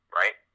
right